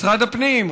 משרד הפנים,